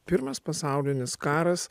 pirmas pasaulinis karas